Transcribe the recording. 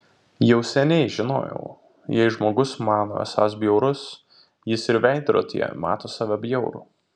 jau seniai žinojau jei žmogus mano esąs bjaurus jis ir veidrodyje mato save bjaurų